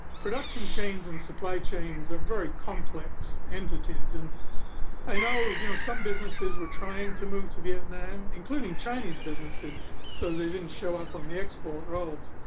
production chains and supply chains are very complex entities. and i know you know some businesses were trying to move to vietnam, including chinese businesses so they didn't show up on the export roles.